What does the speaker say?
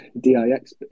D-I-X